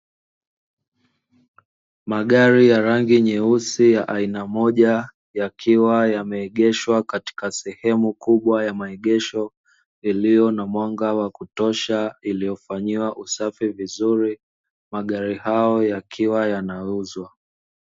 Magari ya rangi nyeusi ya aina moja, yakiwa yameegeshwa katika sehemu kubwa ya maegesho, iliyo na mwanga wa kutosha, iliyofanyiwa usafi vizuri. Magari hayo yakiwa yanauzwa.